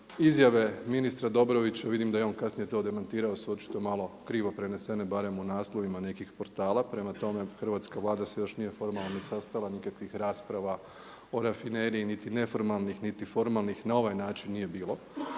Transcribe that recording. Izjave ministra Dobrovića, a vidim da je on kasnije to demantirao su očito malo krivo prenesene barem u naslovima nekih portala. Prema tome, hrvatska Vlada se još nije formalno ni sastala, nikakvih rasprava o rafineriji niti neformalnih, niti formalnih na ovaj način nije bilo.